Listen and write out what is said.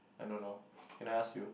I don't know can I ask you